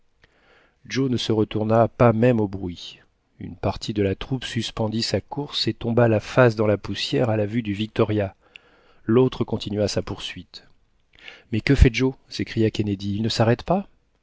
joe ne se retourna pas même au bruit une partie de la troupe suspendit sa course et tomba la face dans la poussière à la vue du victoria l'autre continua sa poursuite mais que fait joe s'écria kennedy il ne s'arrête pas